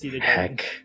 Heck